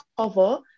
cover